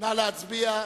התשס"ח 2008. נא להצביע,